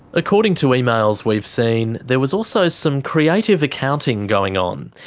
according to emails we've seen, there was also some creative accounting going on.